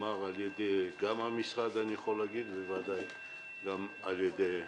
גם על ידי המשרד וגם על ידי ההסתדרות.